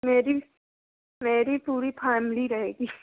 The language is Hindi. मेरी मेरी पूरी फएमली रहेगी